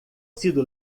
sido